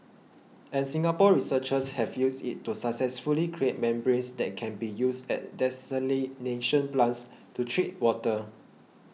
and Singapore researchers have used it to successfully create membranes that can be used at desalination plants to treat water